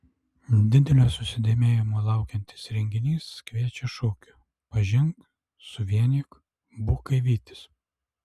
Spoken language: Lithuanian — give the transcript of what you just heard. didelio susidomėjimo sulaukiantis renginys kviečia šūkiu pažink suvienyk būk kaip vytis